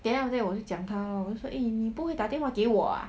then after that 我就讲他 lor 你不会打电话给我 ah